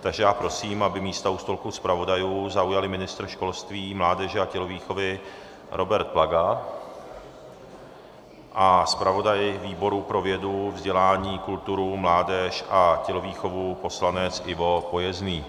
Takže já prosím, aby místa u stolku zpravodajů zaujali ministr školství, mládeže a tělovýchovy Robert Plaga a zpravodaj výboru pro vědu, vzdělání, kulturu, mládež a tělovýchovu poslanec Ivo Pojezný.